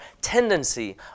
tendency